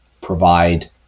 provide